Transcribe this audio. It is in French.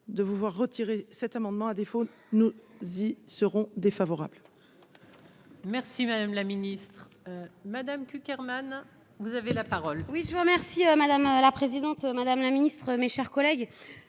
de vouloir retirer cet amendement, à défaut, nous y serons défavorables. Merci madame la ministre madame Cukierman, vous avez la parole. Oui, je vous remercie, madame la présidente, madame la ministre, mes chers collègues,